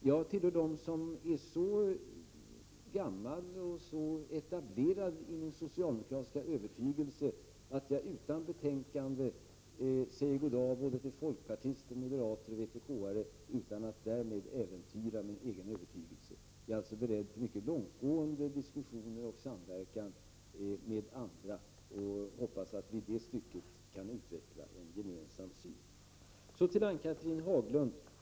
Jag tillhör dem som är så gamla och etablerade i sin socialdemokratiska övertygelse att jag utan betänkande säger goddag till folkpartister, moderater och vpk-are utan att därmed äventyra min egen övertygelse. Jag är alltså beredd till mycket långtgående diskussioner och samverkan med andra. Jag hoppas att vi i det stycket kan utveckla en gemensam syn.